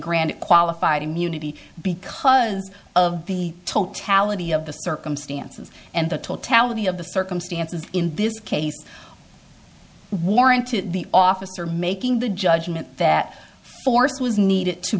grand qualified immunity because of the totality of the circumstances and the totality of the circumstances in this case warranted the officer making the judgment that force was needed to